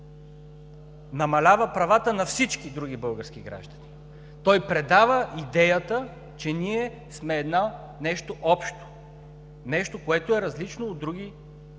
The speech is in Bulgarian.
намалява правата на всички други български граждани. Той предава идеята, че ние сме нещо общо – нещо, което е различно от другите